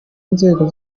nzego